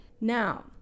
Now